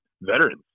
veterans